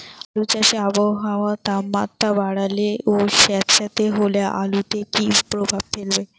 আলু চাষে আবহাওয়ার তাপমাত্রা বাড়লে ও সেতসেতে হলে আলুতে কী প্রভাব ফেলবে?